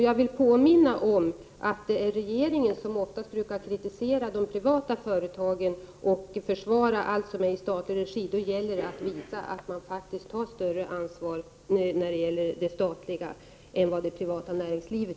Jag vill påminna om att regeringen är den som oftast brukar kritisera de privata företagen och försvara all den verksamhet som bedrivs i allmän regi. Det gäller då att visa att man faktiskt tar ett större ansvar inom det statliga området än vad som sker i det privata näringslivet.